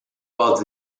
both